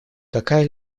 какая